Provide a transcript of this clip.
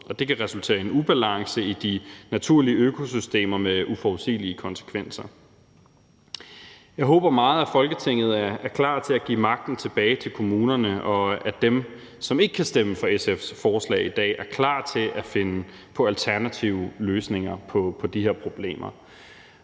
det kan resultere i en ubalance i de naturlige økosystemer med uforudsigelige konsekvenser. Jeg håber meget, at Folketinget er klar til at give magten tilbage til kommunerne, og at dem, som ikke kan stemme for SF's forslag i dag, er klar til at finde på alternative løsninger på de her problemer.